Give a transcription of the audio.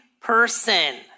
person